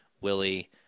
Willie